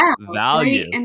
value